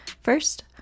First